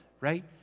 right